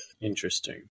interesting